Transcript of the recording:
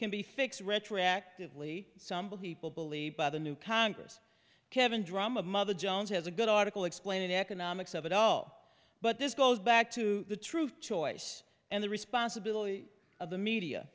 can be fixed retroactively somebody people believe by the new congress kevin drum of mother jones has a good article explaining the economics of it all but this goes back to the true choice and the responsibility of the media